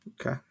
Okay